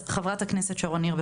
אז חברת הכנסת שרון ניר,